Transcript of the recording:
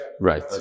right